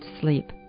sleep